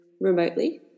remotely